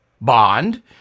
Bond